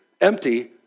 empty